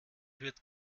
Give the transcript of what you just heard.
wird